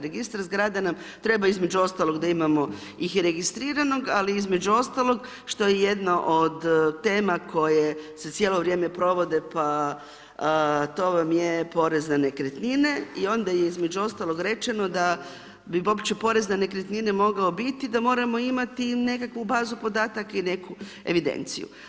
Registar zgrada nam treba, između ostalog, da imamo ih registriranog, a između ostalog, što je jedna od tema koje se cijelo vrijeme provode, pa, to vam je Porez na nekretnine i onda je između ostaloga rečeno da bi uopće Porez na nekretnine mogao biti, da moramo imati nekakvu bazu podataka i neku evidenciju.